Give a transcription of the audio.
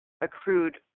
accrued